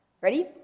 ready